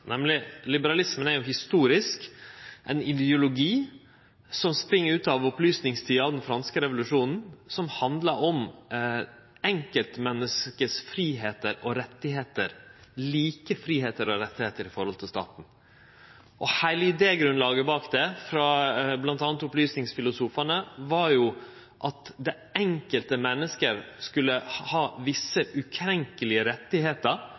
nemleg at liberalismen er historisk ein ideologi som spring ut av opplysningstida og den franske revolusjonen, som handlar om enkeltmennesket sine fridomar og rettar – like fridomar og rettar i forhold til staten. Heile idégrunnlaget bak det, frå bl.a. opplysningsfilosofane, var at det enkelte mennesket skulle ha